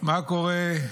מה קורה.